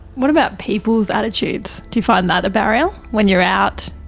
what about people's attitudes? do you find that a barrier? when you're out,